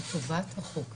לטובת החוק הזה,